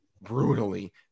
brutally